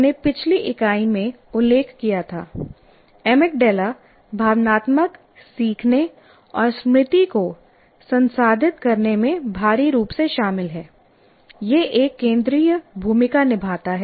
हमने पिछली इकाई में उल्लेख किया था अमिगडाला भावनात्मक सीखने और स्मृति को संसाधित करने में भारी रूप से शामिल है यह एक केंद्रीय भूमिका निभाता है